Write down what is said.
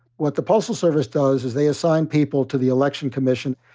what the postal service does, is they assign people to the election commission.